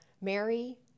Mary